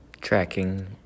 Tracking